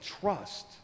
trust